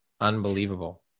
unbelievable